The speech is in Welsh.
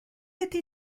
ydi